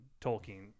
tolkien